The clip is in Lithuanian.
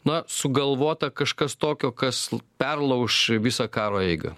na sugalvota kažkas tokio kas perlauš visą karo eigą